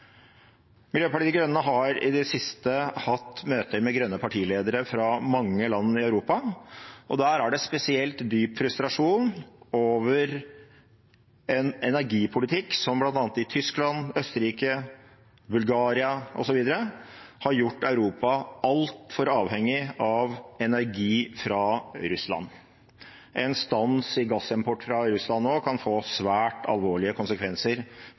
Miljøpartiet De Grønne har i det siste hatt møter med grønne partiledere fra mange land i Europa. Der er det spesielt dyp frustrasjon over en energipolitikk som – bl.a. i Tyskland, Østerrike, Bulgaria osv. – har gjort Europa altfor avhengig av energi fra Russland. En stans i gassimport fra Russland nå kan få svært alvorlige konsekvenser